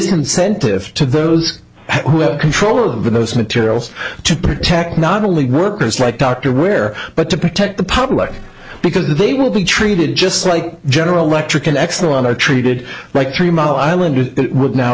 disincentive to those who have control of those materials to protect not only workers like dr ware but to protect the public because they will be treated just like general electric an excellent are treated like three mile island would now